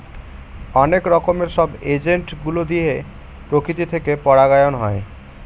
অনেক রকমের সব এজেন্ট গুলো দিয়ে প্রকৃতি থেকে পরাগায়ন হয়